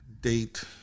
date